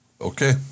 Okay